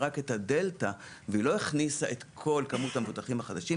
רק את הדלתא ולא את כל כמות המבוטחים החדשים.